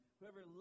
Whoever